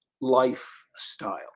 lifestyle